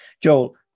Joel